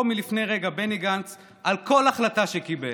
מלפני רגע בני גנץ על כל החלטה שקיבל,